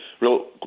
real